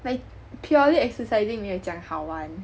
like purely exercising 没有这样好玩